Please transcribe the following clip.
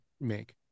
make